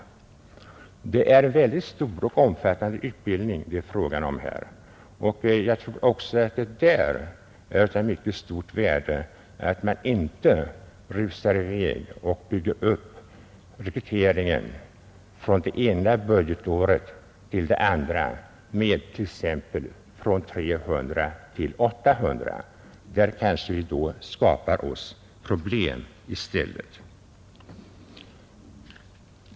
Det är fråga om en väldigt stor och omfattande utbildning, och jag tror att det också av det skälet är av mycket stort värde att vi inte rusar i väg och ökar rekryteringen från det ena budgetåret till det andra med 500 — från 300 till 800. Då kanske vi skapar oss nya problem i stället.